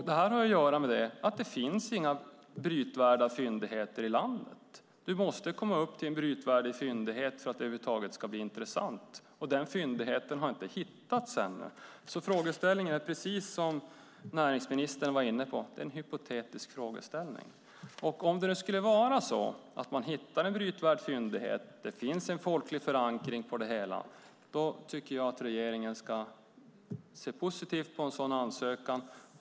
Det har att göra med det faktum att det inte finns några brytvärda fyndigheter i landet. Vi måste komma upp till en brytvärdig fyndighet för att det över huvud taget ska bli intressant, och den fyndigheten har inte hittats ännu. Frågeställningen är alltså, precis som näringsministern var inne på, hypotetisk. Om det nu skulle vara så att man hittar en brytvärd fyndighet och det finns en folklig förankring på det hela tycker jag att regeringen ska se positivt på en sådan ansökan.